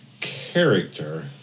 character